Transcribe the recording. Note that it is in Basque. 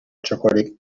txokorik